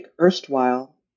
erstwhile